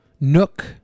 nook